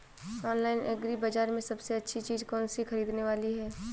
Online agri बाजार में सबसे अच्छी चीज कौन सी ख़रीदने वाली है?